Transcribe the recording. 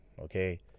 Okay